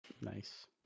Nice